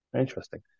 Interesting